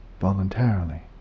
voluntarily